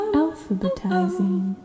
alphabetizing